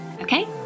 okay